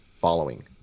Following